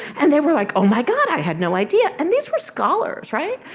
and they were like oh my god, i had no idea. and these were scholars, right.